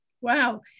Wow